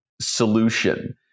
solution